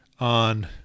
on